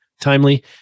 timely